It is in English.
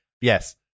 Yes